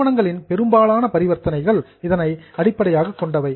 நிறுவனங்களின் பெரும்பாலான பரிவர்த்தனைகள் இதனை அடிப்படையாகக் கொண்டவை